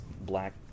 black